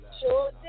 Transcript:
Sure